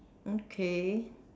okay